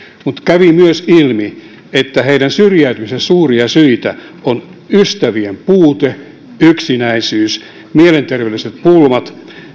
mutta kävi myös ilmi että heidän syrjäytymisensä suuria syitä ovat ystävien puute yksinäisyys mielenterveydelliset pulmat